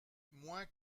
moins